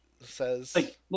says